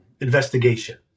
investigation